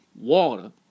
water